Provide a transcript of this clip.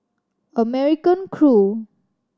American Crew